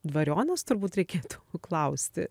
dvarionas turbūt reikėtų klausti